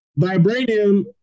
Vibranium